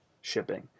shipping